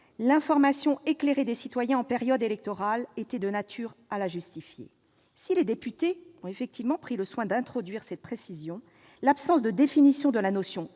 l'information éclairée des citoyens en périodes électorales », était de nature à la justifier. Si les députés ont effectivement pris le soin d'introduire cette précision, l'absence de définition de la notion